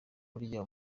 burya